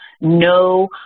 no